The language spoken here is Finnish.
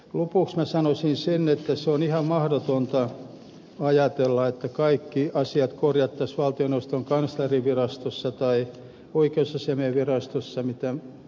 lopuksi minä sanoisin sen että on ihan mahdotonta ajatella että kaikki asiat mitä suomessa tapahtuu korjattaisiin valtioneuvoston oikeuskanslerinvirastossa tai oikeusasiamiehen kansliassa